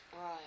Right